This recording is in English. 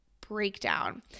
breakdown